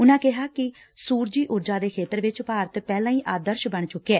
ਉਨੂਾ ਕਿਹਾ ਕਿ ਸੂਰਜੀ ਊਰਜਾ ਦੇ ਖੇਤਰ ਵਿਚ ਭਾਰਤ ਪਹਿਲਾ ਹੀ ਆਦਰਸ਼ ਬਣ ਚੁਕਿਐ